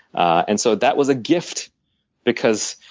and so that was a gift because